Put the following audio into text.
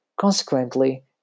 consequently